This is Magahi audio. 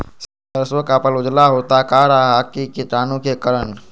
सरसो का पल उजला होता का रहा है की कीटाणु के करण?